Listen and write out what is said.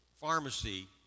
pharmacy